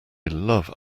love